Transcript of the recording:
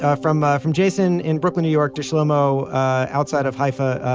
ah from ah from jason in brooklyn new york to shlomo outside of haifa.